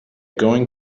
going